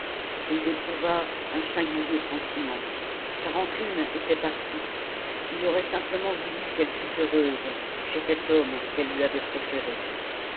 et il éprouva un singulier sentiment sa rancune était partie il aurait simplement voulu qu'elle fût heureuse chez cet homme qu'elle lui avait préféré